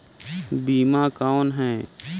बीमा कौन है?